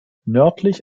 nördlich